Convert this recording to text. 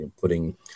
putting